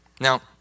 Now